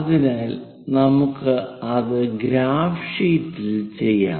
അതിനാൽ നമുക്ക് അത് ഗ്രാഫ് ഷീറ്റിൽ ചെയ്യാം